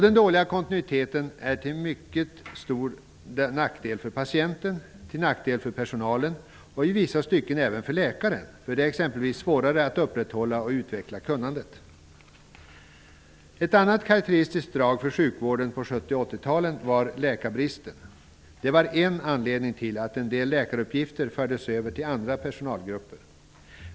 Den dåliga kontinuiteten är till mycket stor nackdel för patienten, för personalen och i vissa stycken även för läkaren. Det är t.ex. svårare att upprätthålla och utveckla kunnandet. Ett annat karakteristiskt drag för sjukvården på 70 och 80-talen var läkarbristen. Det var en anledning till att en del läkaruppgifter fördes över till andra personalgrupper.